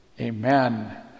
Amen